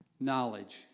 knowledge